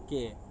okay